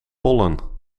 pollen